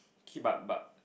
K but but